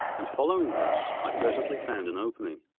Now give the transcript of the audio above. and following this i presently found an opening.